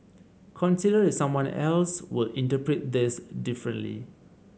consider if someone else would interpret this differently